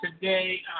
today